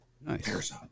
Nice